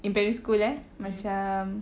in primary school eh macam